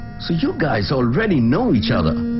so you guys already know each other?